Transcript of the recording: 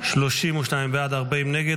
32 בעד, 40 נגד.